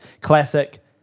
classic